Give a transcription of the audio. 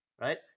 right